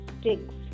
sticks